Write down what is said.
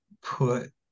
put